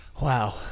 Wow